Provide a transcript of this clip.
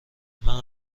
منم